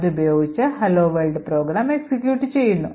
അത് ഉപയോഗിച്ച് helo world program execute ചെയ്യുന്നു